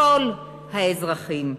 כל האזרחים.